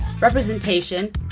representation